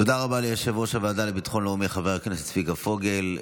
תודה רבה ליושב-ראש הוועדה לביטחון לאומי חבר הכנסת צביקה פוגל.